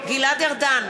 גלעד ארדן,